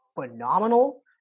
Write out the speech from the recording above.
phenomenal